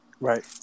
Right